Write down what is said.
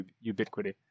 Ubiquity